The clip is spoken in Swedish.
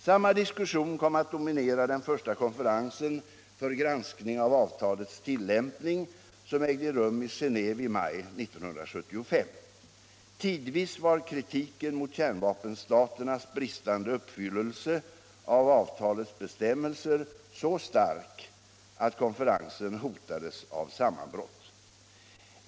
Samma diskussion kom att dominera den första konferensen för granskning av avtalets tillämpning som ägde rum i Genéve i maj 1975. Tidvis var kritiken mot kärnvapenstaternas bristande uppfyllelse av avtalets bestämmelser så stark att konferensen hotades av sammanbrott.